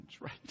right